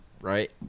Right